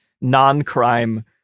non-crime